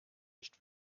nicht